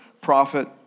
prophet